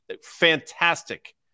Fantastic